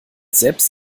selbst